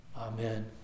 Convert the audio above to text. Amen